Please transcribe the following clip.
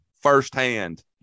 firsthand